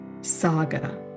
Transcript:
Saga